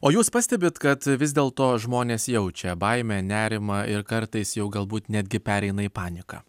o jūs pastebit kad vis dėl to žmonės jaučia baimę nerimą ir kartais jau galbūt netgi pereina į paniką